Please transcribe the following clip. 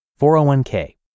401k